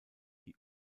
die